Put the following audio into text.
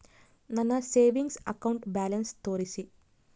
ನನ್ನ savings account balance ತೋರಿಸಿ?